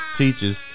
teachers